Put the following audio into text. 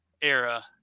era